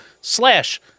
slash